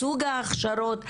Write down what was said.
סוג הכשרות.